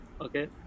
okay